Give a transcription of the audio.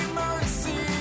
mercy